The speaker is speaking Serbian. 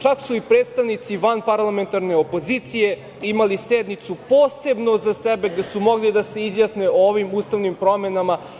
Čak su i predstavnici vanparlamentarne opozicije imali sednicu posebno za sebe gde su mogli da se izjasne o ovim ustavnim promenama.